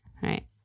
Right